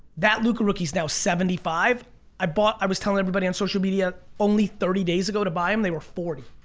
that luka rookies now seventy five i bought i was telling everybody on social media only thirty days ago to buy him they were forty.